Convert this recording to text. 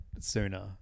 sooner